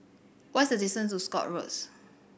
what is the distance to Scotts Road